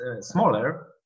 smaller